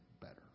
better